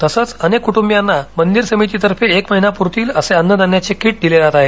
तसंच अनेक कुटूंबियांना मंदिर समिती तर्फे एक महिना पुरातील असे अन्नधान्याचे किट दिले जात आहेत